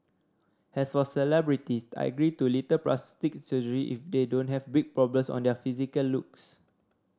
as for celebrities I agree to little plastic surgery if they don't have big problems on their physical looks